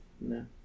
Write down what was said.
No